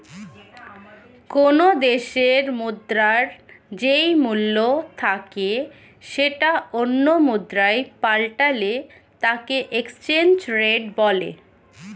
কোনো দেশের মুদ্রার যেই মূল্য থাকে সেটা অন্য মুদ্রায় পাল্টালে তাকে এক্সচেঞ্জ রেট বলে